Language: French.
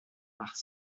part